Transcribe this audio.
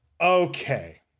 Okay